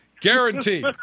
Guaranteed